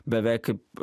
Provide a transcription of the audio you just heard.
beveik kaip